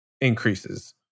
increases